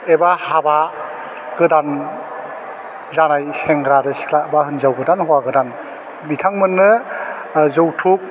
एबा हाबा गोदान जानायनि सेंग्रा आरो सिख्ला बा हिन्जाव गोदान हौवा गोदान बिथांमोननो ओह जोथुब